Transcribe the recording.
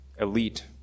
elite